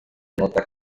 nota